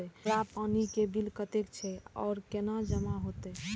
हमर पानी के बिल कतेक छे और केना जमा होते?